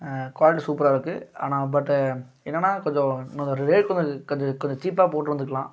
quality சூப்பராக இருக்கும் ஆனால் பட் என்னென்னா கொஞ்சம் இன்னும் ரேட் கொஞ்சம் கொஞ்சம் கொஞ்சம் சீப்பாக போட்டிருந்துருக்கலாம்